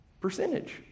percentage